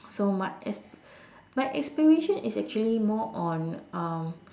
so my asp~ my aspiration is actually more on um